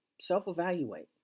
self-evaluate